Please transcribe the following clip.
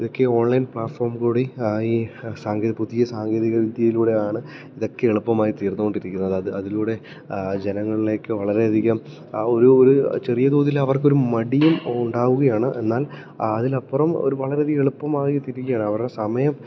ഇതൊക്കെ ഓൺലൈൻ പ്ലാറ്റ്ഫോമിലൂടെയും ഈ സാങ്കേതി പുതിയ സാങ്കേതിക വിദ്യയിലൂടെയും ആണ് ഇതൊക്കെ എളുപ്പമായിത്തീർന്നുകൊണ്ടിരിക്കുന്നത് അത് അതിലൂടെ ജനങ്ങളിലേക്ക് വളരെയധികം ആ ഒരു ഒരു ചെറിയ തോതിൽ അവർക്കൊരു മടിയും ഉണ്ടാവുകയാണ് എന്നാൽ അതിനപ്പുറം ഒരു വളരെയധികം എളുപ്പമായിത്തീരുകയാണ് അവരുടെ സമയം